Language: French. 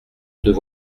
deux